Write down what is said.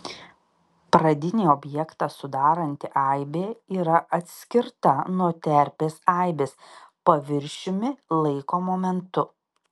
pradinį objektą sudaranti aibė yra atskirta nuo terpės aibės paviršiumi laiko momentu